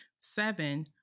Seven